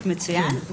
מצוין,